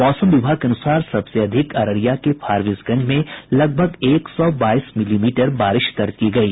मौसम विभाग के अनुसार सबसे अधिक अररिया के फारबिसगंज में लगभग एक सौ बाईस मिलीमीटर बारिश दर्ज की गयी